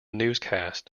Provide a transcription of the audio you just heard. newscast